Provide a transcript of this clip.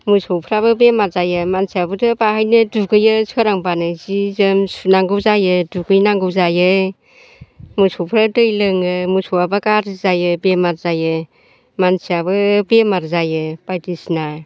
मोसौफ्राबो बेमार जायो मानसियाबोथ' बाहायनो दुगैयो सोरांब्लानो जि जोम सुनांगौ जायो दुगैनांगौ जायो मोसौफोर दै लोङो मोसौ आबो गाज्रि जायो बेमार जायो गाज्रि जायो मानसियाबो बेमार जायो बायदिसिना